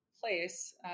place